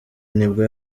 nibwo